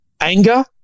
Anger